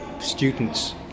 students